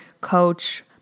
coach